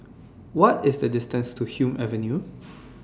What IS The distances to Hume Avenue